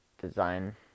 Design